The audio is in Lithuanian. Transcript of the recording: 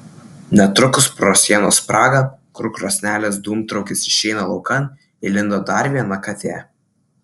netrukus pro sienos spragą kur krosnelės dūmtraukis išeina laukan įlindo dar viena katė